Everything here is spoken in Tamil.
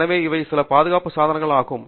எனவே இவை சில பாதுகாப்பு சாதனங்கள் ஆகும்